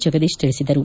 ಜಗದೀಶ್ ತಿಳಿಸಿದರು